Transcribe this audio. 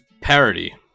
parody